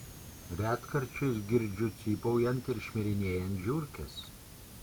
retkarčiais girdžiu cypaujant ir šmirinėjant žiurkes